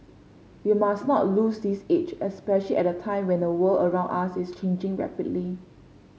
we must not lose this edge especially at a time when the world around us is changing rapidly